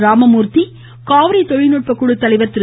ராமமூர்த்தி காவிரி தொழில்நுட்ப குழு தலைவர் திரு